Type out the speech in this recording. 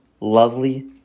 lovely